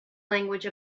language